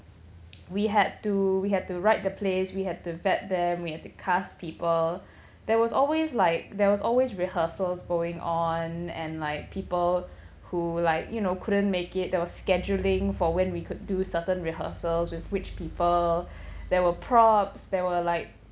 we had to we had to write the plays we had to vet them we had to cast people there was always like there was always rehearsals going on and like people who like you know couldn't make it there was scheduling for when we could do certain rehearsals with which people there were props there were like